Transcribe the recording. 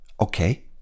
Okay